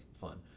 fun